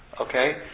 Okay